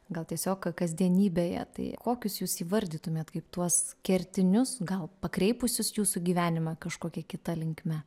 gal tiesiog kasdienybėje tai kokius jūs įvardytumėt kaip tuos kertinius gal pakreipusius jūsų gyvenimą kažkokia kita linkme